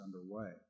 underway